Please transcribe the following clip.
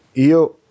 io